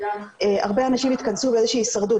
הרבה אנשים התכנסו באיזושהי הישרדות,